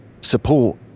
support